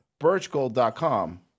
birchgold.com